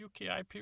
UKIP